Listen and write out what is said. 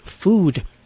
food